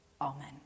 Amen